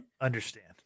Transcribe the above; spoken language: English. Understand